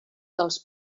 dels